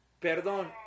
Perdón